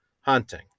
hunting